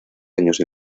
años